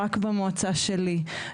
רק במועצה שלי,